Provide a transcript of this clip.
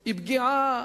היא פגיעה